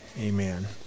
amen